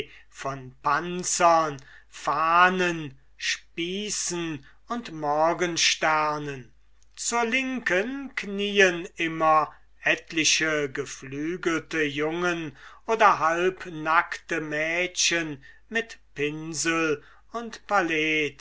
von panzern fahnen spießen und morgensternen zur linken knien immer etliche geflügelte jungen oder halbnackte mädchen mit pinsel und palet